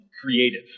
creative